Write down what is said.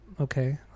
okay